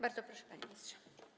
Bardzo proszę, panie ministrze.